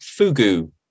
Fugu